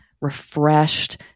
refreshed